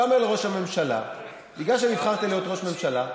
אתה אומר לראש הממשלה: בגלל שנבחרת להיות ראש ממשלה,